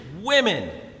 women